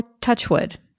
Touchwood